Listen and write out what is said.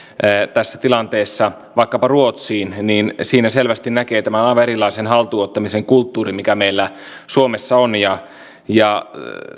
tässä tilanteessa vaikkapa ruotsiin niin siinä selvästi näkee tämän aivan erilaisen haltuun ottamisen kulttuurin mikä meillä suomessa on